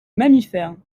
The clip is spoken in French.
mammifères